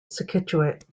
scituate